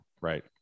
Right